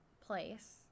place